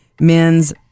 men's